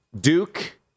Duke